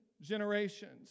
generations